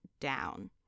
down